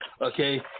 okay